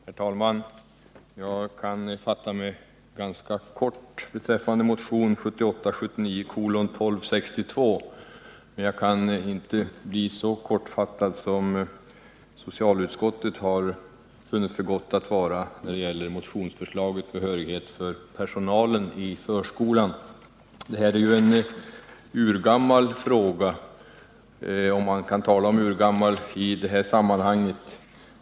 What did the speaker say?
Herr talman! Jag kan fatta mig ganska kort beträffande motion 1978/ 79:1262, men jag kan inte bli så kortfattad som socialutskottet funnit för gott att vara när det gäller motionsförslaget om behörighet för personalen i förskolan. Det här är en urgammal fråga, om man kan tala om urgammal i detta sammanhang.